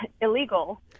illegal